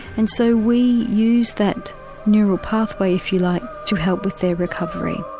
and so we use that neural pathway, if you like, to help with their recovery.